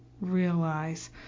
realize